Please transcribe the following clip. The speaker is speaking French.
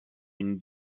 une